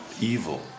Evil